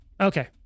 Okay